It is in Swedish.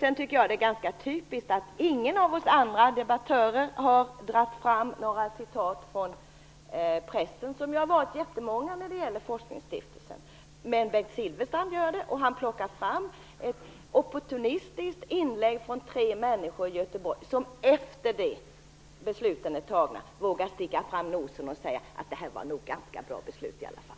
Jag tycker att det är ganska typiskt att ingen av oss andra debattörer har dragit fram några citat från pressen. De har varit jättemånga när det gäller forskningsstiftelserna. Men Bengt Silfverstrand gör det, och han plockar fram ett opportunistiskt inlägg från tre människor i Göteborg som efter det att besluten är fattade vågar sticka fram nosen och säga att det här nog var ganska bra beslut i alla fall.